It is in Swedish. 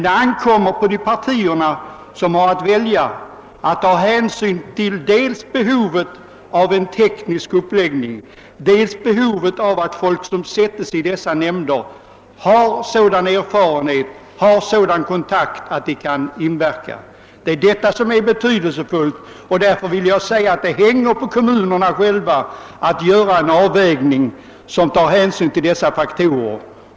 Det ankommer på partierna, som har att välja representanterna, att beakta dels behovet av en teknisk kunnighet, dels behovet av att folk som sätts in i dessa nämnder har sådan erfarenhet och sådan kontakt med arbetsfältet att de kan inverka på besluten. Detta är det väsentliga, och det hänger på kommunerna själva att göra en avvägning med hänsyn till dessa faktorer.